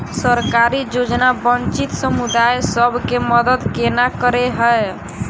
सरकारी योजना वंचित समुदाय सब केँ मदद केना करे है?